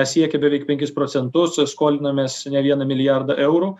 siekia beveik penkis procentus skolinamės ne vieną milijardą eurų